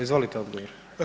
Izvolite odgovor.